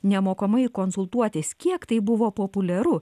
nemokamai konsultuotis kiek tai buvo populiaru